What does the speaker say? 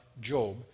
Job